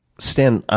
stan, ah